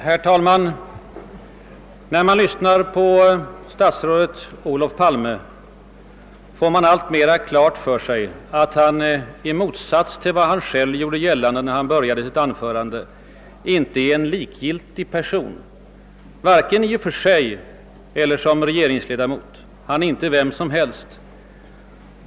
Herr talman! När man lyssnar på statsrådet Olof Palme får man alltmera klart för sig att han, i motsats till vad han själv gjorde gällande när han började sitt anförande, inte är en likgiltig person, varken i och för sig eller som regeringsledamot. Han är inte vem som helst.